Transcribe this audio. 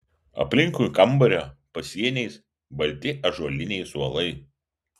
aplinkui kambario pasieniais balti ąžuoliniai suolai